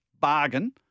bargain